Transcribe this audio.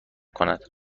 کند